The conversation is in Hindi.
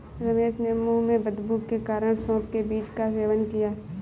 रमेश ने मुंह में बदबू के कारण सौफ के बीज का सेवन किया